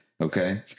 okay